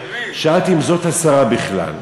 שאלתי אם זאת השרה בכלל,